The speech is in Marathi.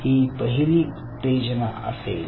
ही पहिली उत्तेजना असेल